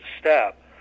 step